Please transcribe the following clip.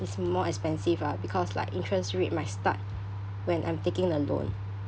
it's more expensive lah because like interest rate might start when I'm taking a loan